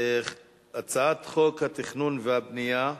הצעת חוק התכנון והבנייה (תיקון,